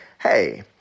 hey